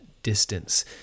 distance